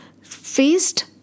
faced